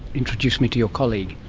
introduce me to your colleague.